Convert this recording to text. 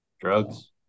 Drugs